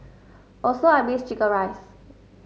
also I miss chicken rice